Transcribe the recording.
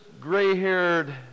gray-haired